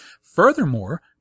Furthermore